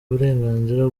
uburenganzira